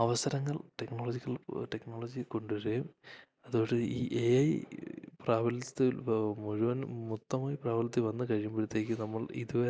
അവസരങ്ങൾ technological technology കൊണ്ട് വരുകയും അതോടെ ഈ എ ഐ പ്രാബല്യത്തിൽ മുഴുവൻ മൊത്തമായി പ്രാബല്യത്തിൽ വന്ന് കഴിയുമ്പഴ്ത്തേക്ക് നമ്മൾ ഇതുവരെ